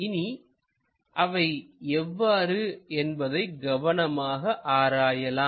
இனி அவை எவ்வாறு என்பதை கவனமாக ஆராயலாம்